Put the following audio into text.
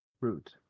Root